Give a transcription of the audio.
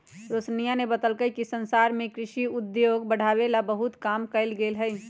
रोशनीया ने बतल कई कि संसार में कृषि उद्योग के बढ़ावे ला बहुत काम कइल गयले है